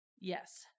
yes